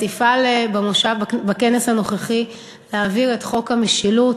תפעל בכנס הנוכחי להעברת חוק המשילות